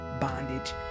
bondage